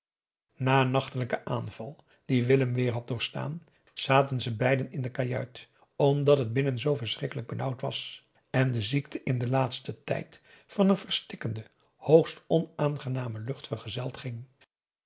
een nachtelijken aanval die willem weêr had doorstaan zaten ze beiden in de kajuit omdat het binnen zoo verschrikkelijk benauwd was en de ziekte in den laatsten tijd van een verstikkende hoogst onaangename lucht vergezeld ging